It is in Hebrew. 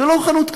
זו לא חנות קטנה,